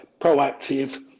proactive